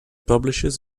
publishes